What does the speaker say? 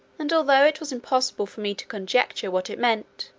and although it was impossible for me to conjecture what it meant,